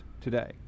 today